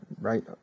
right